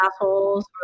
assholes